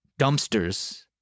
dumpsters